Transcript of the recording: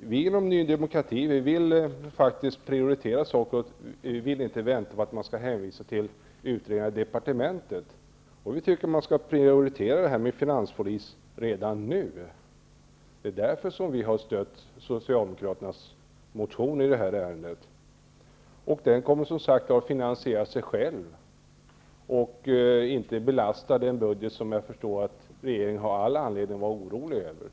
vi inom Ny demokrati vill faktiskt prioritera saker, vi vill inte vänta på att man hänvisar till utredningar i departementet. Vi tycker att man skall prioritera frågan om finanspolis redan nu. Det är därför som vi har stött Socialdemokraternas motion i detta ärende. Finanspolisen kommer som sagt att finansiera sig själv och inte belasta den budget som jag förstår att regeringen har all anledning att vara orolig över.